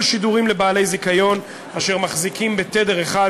שידורים לבעלי זיכיון אשר מחזיקים בתדר אחד,